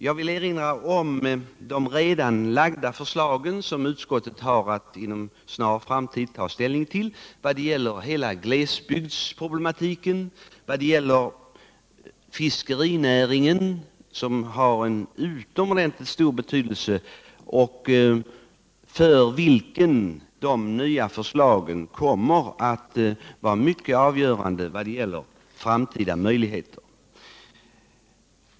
Jag vill erinra om de redan framlagda förslagen som utskottet har att inom en snar framtid ta ställning till när det gäller hela glesbygdsproblematiken och fiskerinäringen, som har en utomordentligt stor betydelse och för vilken de nya förslagen kommer att vara i hög grad avgörande för framtida möjligheter.